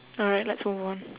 alright let's move on